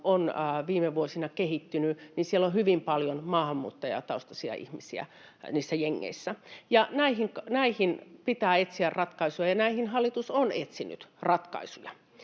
on viime vuosina kehittynyt, on hyvin paljon maahanmuuttajataustaisia ihmisiä niissä jengeissä. Näihin pitää etsiä ratkaisuja ja näihin hallitus on etsinyt ratkaisuja,